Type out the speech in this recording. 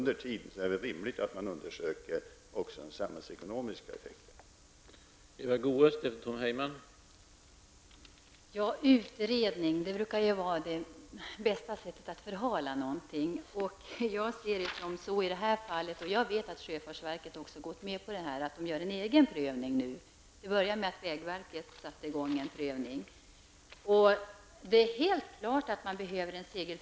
Det är rimligt att man under tiden undersöker också den samhällsekonomiska effekten.